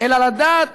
אלא לדעת